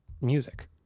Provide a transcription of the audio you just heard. music